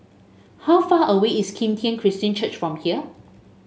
how far away is Kim Tian Christian Church from here